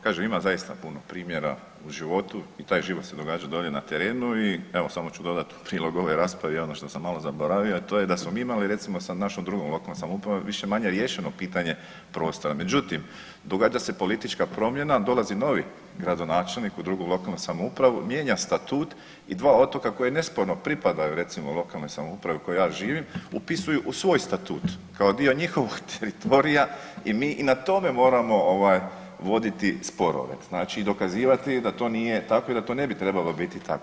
Kažem, ima zaista puno primjera u životu i taj život se događa dolje na terenu i evo, samo ću dodati u prilog ovoj raspravi, ono što sam malo zaboravio, a to je da smo mi imali recimo, sa našom drugom lokalnom samoupravom više-manje riješeno pitanje prostora, međutim, događa se politička promjena, dolazi novi gradonačelnik u drugu lokalnu samoupravu, mijenja statut i dva otoka koji nesporno pripadaju, recimo, lokalnoj samoupravi u kojoj ja živim, upisuju u svoj statut kao dio njihovog teritorija i mi i na tome moramo ovaj, voditi sporove, znači, dokazivati da to nije tako i da to ne bi trebalo biti tako.